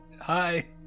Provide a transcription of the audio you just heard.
hi